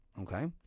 Okay